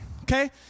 okay